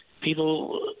People